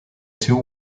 two